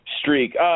streak